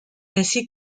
ainsi